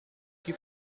que